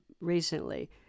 recently